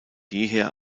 jeher